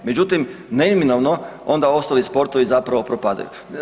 Međutim, neminovno onda ostali sportovi zapravo propadaju.